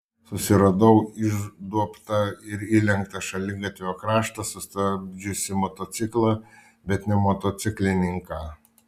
susiradau išduobtą ir įlenktą šaligatvio kraštą sustabdžiusį motociklą bet ne motociklininką